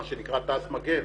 מה שנקרא תע"ש מגן.